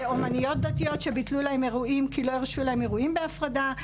זה אומניות דתיות שביטלו להן אירועים כי לא הרשו להן אירועים בהפרדה,